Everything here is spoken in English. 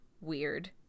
weird